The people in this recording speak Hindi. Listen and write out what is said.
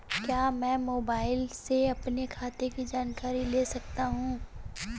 क्या मैं मोबाइल से अपने खाते की जानकारी ले सकता हूँ?